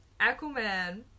Aquaman